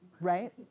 Right